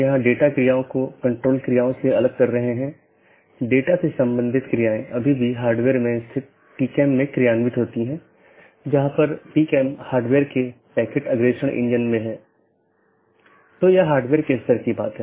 autonomous system के अंदर OSPF और RIP नामक प्रोटोकॉल होते हैं क्योंकि प्रत्येक ऑटॉनमस सिस्टम को एक एडमिनिस्ट्रेटर कंट्रोल करता है इसलिए यह प्रोटोकॉल चुनने के लिए स्वतंत्र होता है कि कौन सा प्रोटोकॉल उपयोग करना है